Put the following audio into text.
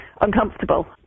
uncomfortable